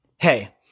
Hey